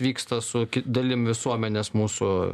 vyksta su dalim visuomenės mūsų